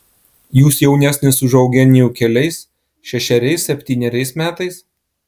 jūs jaunesnis už eugenijų keliais šešeriais septyneriais metais